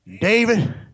David